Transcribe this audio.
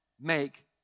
make